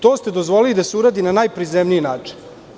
To ste dozvolili da se uradi na najprizemniji način.